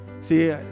See